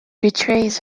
betrays